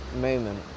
moment